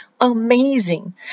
amazing